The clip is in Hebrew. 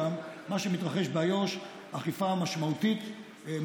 מה שמתרחש באיו"ש אכיפה משמעותית,